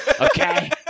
Okay